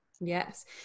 Yes